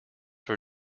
for